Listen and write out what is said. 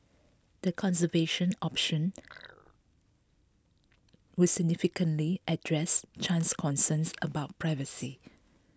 the conservation option would significantly address Chan's concerns about privacy